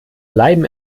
bleiben